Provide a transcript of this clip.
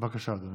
בבקשה, אדוני.